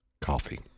Coffee